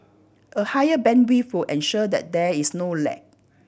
a higher bandwidth ensure that there is no lag